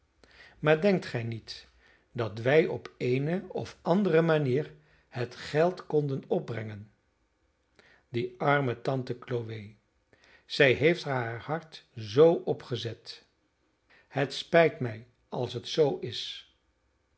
maar denkt gij niet dat wij op eene of andere manier het geld konden opbrengen die arme tante chloe zij heeft er haar hart zoo op gezet het spijt mij als het zoo is